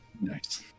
Nice